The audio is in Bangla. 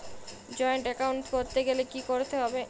জয়েন্ট এ্যাকাউন্ট করতে গেলে কি করতে হবে?